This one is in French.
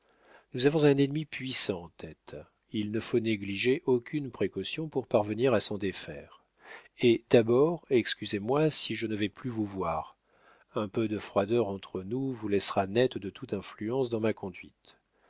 nous avons un ennemi puissant en tête il ne faut négliger aucune précaution pour parvenir à s'en défaire et d'abord excusez-moi si je ne vais plus vous voir un peu de froideur entre nous vous laissera net de toute influence dans ma conduite